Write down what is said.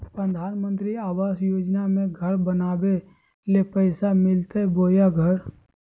प्रधानमंत्री आवास योजना में घर बनावे ले पैसा मिलते बोया घर?